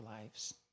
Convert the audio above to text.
lives